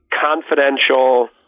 confidential